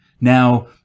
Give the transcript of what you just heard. Now